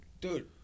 dude